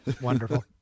Wonderful